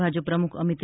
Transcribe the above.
ભાજપ પ્રમુખ અમિત